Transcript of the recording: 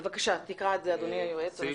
בבקשה, תקרא את זה, אדוני היועץ המשפטי.